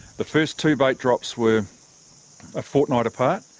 the first two bait drops were a fortnight apart.